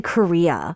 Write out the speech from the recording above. Korea